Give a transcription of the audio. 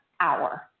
hour